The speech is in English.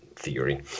theory